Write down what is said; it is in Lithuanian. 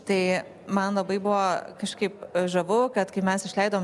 tai man labai buvo kažkaip žavu kad kai mes išleidom